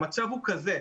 המצב הוא כזה.